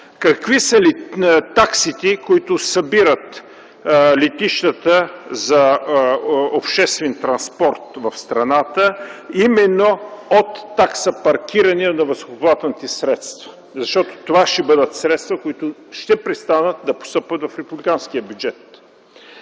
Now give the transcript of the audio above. какви са таксите, които събират летищата за обществен транспорт в страната именно от такса „Паркиране на въздухоплавателните средства”? Защото това ще бъдат средствата, които ще престанат да постъпват в републиканския бюджет.